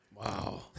Wow